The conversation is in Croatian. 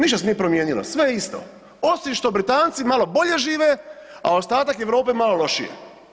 Ništa se nije promijenilo, sve je isto osim što Britanci malo bolje žive, a ostatak Europe malo lošije.